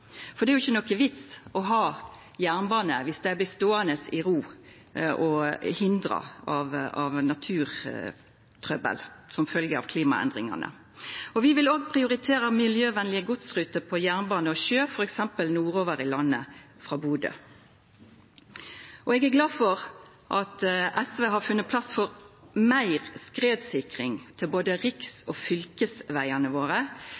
for det er ikkje nokon vits i å ha jernbane viss han blir ståande i ro og hindra av naturtrøbbel som følgje av klimaendringane. Vi vil òg prioritera miljøvenlege godsruter på jernbane og sjø, f.eks. nordover i landet frå Bodø. Eg er glad for at SV har funne plass til meir skredsikring for både riks- og fylkesvegane våre,